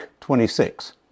26